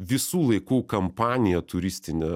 visų laikų kampanija turistinė